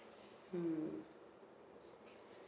mm